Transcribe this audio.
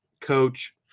coach